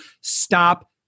Stop